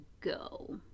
go